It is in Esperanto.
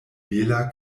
bela